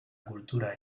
cultura